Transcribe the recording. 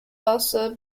also